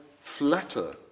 flatter